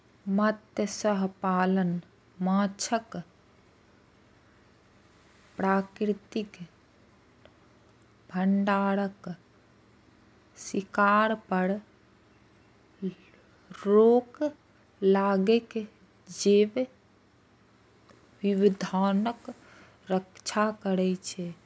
मत्स्यपालन माछक प्राकृतिक भंडारक शिकार पर रोक लगाके जैव विविधताक रक्षा करै छै